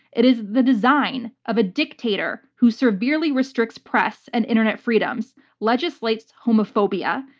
it is the design of a dictator who severely restricts press and internet freedoms, legislates homophobia,